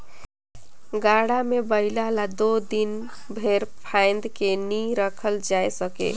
गाड़ा मे बइला ल दो दिन भेर फाएद के नी रखल जाए सके